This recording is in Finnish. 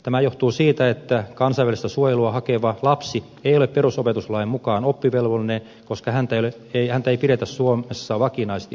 tämä johtuu siitä että kansainvälistä suojelua hakeva lapsi ei ole perusopetuslain mukaan oppivelvollinen koska häntä ei pidetä suomessa vakinaisesti asuvana